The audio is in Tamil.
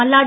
மல்லாடி